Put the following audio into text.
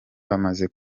bamaze